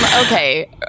Okay